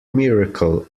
miracle